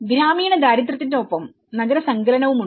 ഗ്രാമീണ ദാരിദ്ര്യത്തിനൊപ്പം നഗര സങ്കലനവുമുണ്ട്